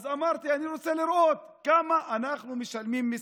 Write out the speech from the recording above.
אמרתי: אני רוצה לראות כמה מיסים אנחנו משלמים.